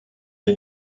est